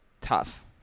tough